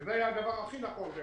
זה היה הדבר הכי נכון.